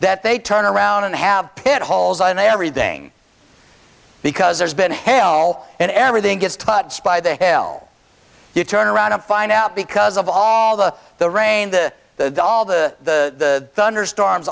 that they turn around and have pin holes and everything because there's been a hell hole and everything is touched by the hail you turn around and find out because of all the the rain the the all the under storms